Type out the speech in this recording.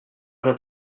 heure